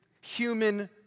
human